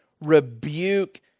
rebuke